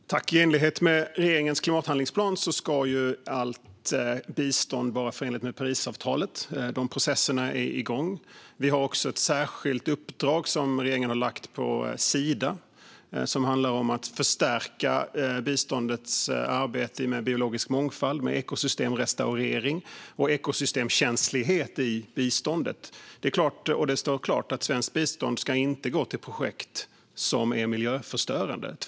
Fru talman! I enlighet med regeringens klimathandlingsplan ska allt bistånd vara förenligt med Parisavtalet. Dessa processer är igång. Regeringen har också lagt ett särskilt uppdrag på Sida som handlar om att förstärka biståndsarbete med biologisk mångfald med ekosystemrestaurering och ekosystemkänslighet i biståndet. Det står klart att svenskt bistånd inte ska gå till miljöförstörande projekt.